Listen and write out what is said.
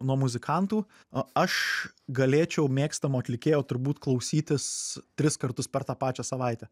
nuo muzikantų a aš galėčiau mėgstamo atlikėjo turbūt klausytis tris kartus per tą pačią savaitę